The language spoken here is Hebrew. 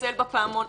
לצלצל בפעמון.